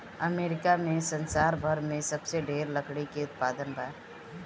America में संसार भर में सबसे ढेर लकड़ी के उत्पादन बा